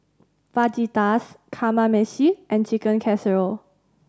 Fajitas Kamameshi and Chicken Casserole